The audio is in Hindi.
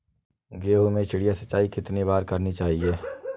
गेहूँ में चिड़िया सिंचाई कितनी बार करनी चाहिए?